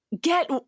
get